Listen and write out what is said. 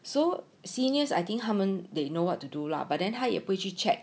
so seniors I think 他们 they know what to do lah but then 他也不会去 check